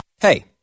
Hey